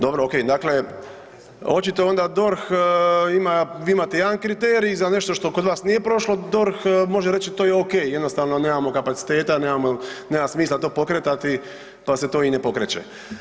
Dobro ok, dakle očito onda DORH vi imate jedan kriterij za nešto što kod vas nije prošlo, DORH može reći to je ok jednostavno nemamo kapaciteta, nema smisla to pokretati pa se to i ne pokreće.